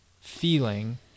feeling